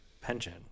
pension